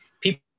people